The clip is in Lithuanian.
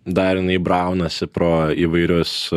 dar jinai braunasi pro įvairius